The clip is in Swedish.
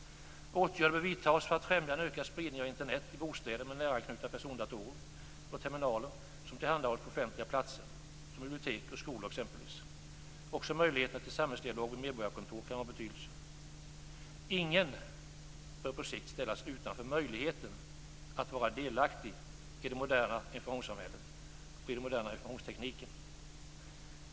Åtgärder bör vidtas för att främja en ökad spridning av Internet i bostäder, med näranknutna persondatorer och terminaler som tillhandahålls på offentliga platser, som bibliotek och skolor. Också möjligheterna till samhällsdialog vid medborgarkontor kan vara av betydelse. Ingen bör på sikt ställas utanför möjligheten att vara delaktig i det moderna informationssamhället och i den moderna informationstekniken.